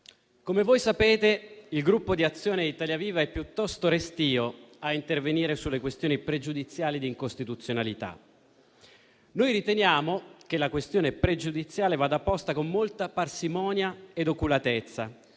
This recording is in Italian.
come voi sapete il Gruppo di Azione-Italia Viva è piuttosto restio a intervenire sulle questioni pregiudiziali d'incostituzionalità. Noi riteniamo che la questione pregiudiziale vada posta con molta parsimonia e oculatezza,